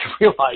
realize